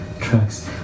tracks